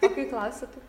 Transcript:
o kai klausi tai